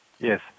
Yes